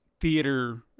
theater